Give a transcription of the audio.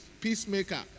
peacemaker